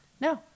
No